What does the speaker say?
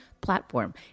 platform